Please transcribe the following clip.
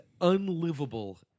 unlivable